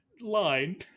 line